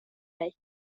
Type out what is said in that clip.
dig